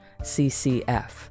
ccf